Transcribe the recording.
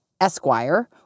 Esquire